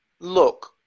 Look